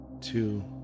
two